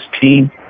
team